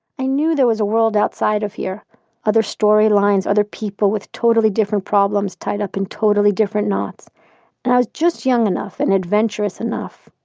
i knew there was a world outside of here other storylines, other people with totally different problems tied up in totally different knots and i was just young enough, and adventurous enough,